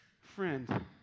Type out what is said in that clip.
Friend